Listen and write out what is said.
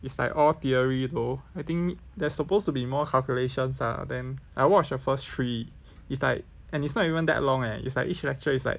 it's like all theory though I think there's supposed to be more calculations ah then I watched the first three it's like and it's not even that long eh it's like each lecture is like